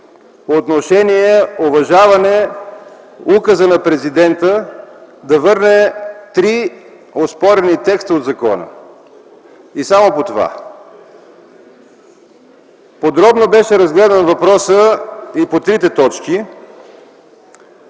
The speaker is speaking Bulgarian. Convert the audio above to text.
по отношение уважаване указа на президента да върне три оспорени текста от закона. И само по това! Подробно беше разгледан въпросът по трите точки.